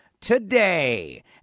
Today